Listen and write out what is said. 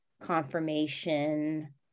confirmation